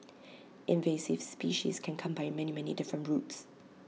invasive species can come by many many different routes